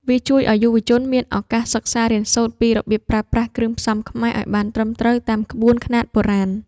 វាជួយឱ្យយុវជនមានឱកាសសិក្សារៀនសូត្រពីរបៀបប្រើប្រាស់គ្រឿងផ្សំខ្មែរឱ្យបានត្រឹមត្រូវតាមក្បួនខ្នាតបុរាណ។